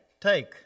take